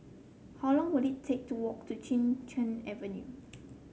how long will it take to walk to Chin Cheng Avenue